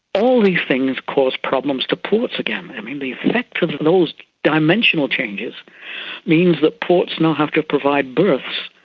all these things cause problems to ports again. i mean, the effect of those dimensional changes means that ports now have to provide berths,